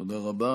תודה רבה.